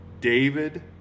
David